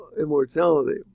immortality